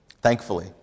Thankfully